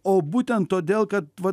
o būtent todėl kad va